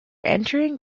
entering